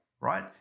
right